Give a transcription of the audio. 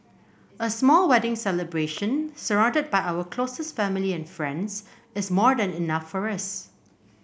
a small wedding celebration surrounded by our closest family and friends is more than enough for us